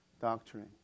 doctrine